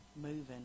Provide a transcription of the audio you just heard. moving